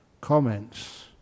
comments